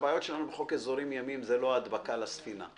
שהבעיות שלנו בחוק אזורים ימיים זה לא ההדבקה לספינה.